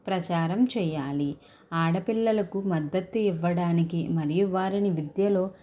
ప్రచారం చేయాలి ఆడపిల్లలకు మద్దత్తు ఇవ్వడానికి మరియు వారిని విద్యలో